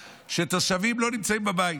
תושבים לא נמצאים בבית.